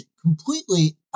completely